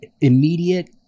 immediate